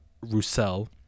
roussel